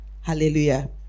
hallelujah